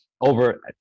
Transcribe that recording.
Over